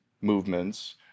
movements